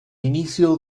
inicio